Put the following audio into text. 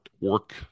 Work